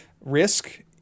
risk